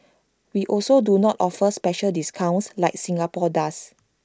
we also do not offer special discounts like Singapore does